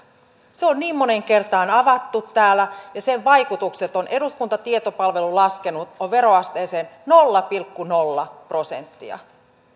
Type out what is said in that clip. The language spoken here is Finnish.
se on niin moneen kertaan avattu täällä ja sen vaikutukset eduskunnan tietopalvelu on laskenut veroasteeseen ovat nolla pilkku nolla prosenttia